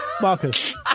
marcus